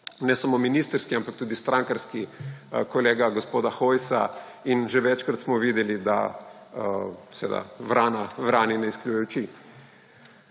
ne samo ministrski, ampak tudi strankarski kolega gospoda Hojsa. Že večkrat smo videli, da seveda vrana vrani ne izkljuje oči.